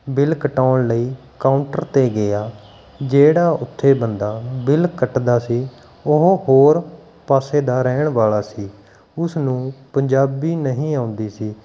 bill ਕਟਾਉਣ ਲਈ counter 'ਤੇ ਗਿਆ ਜਿਹੜਾ ਉੱਥੇ ਬੰਦਾ ਬਿੱਲ ਕੱਟਦਾ ਸੀ ਉਹ ਹੋਰ ਪਾਸੇ ਦਾ ਰਹਿਣ ਵਾਲਾ ਸੀ ਉਸ ਨੂੰ ਪੰਜਾਬੀ ਨਹੀਂ ਆਉਂਦੀ ਸੀ